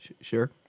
sure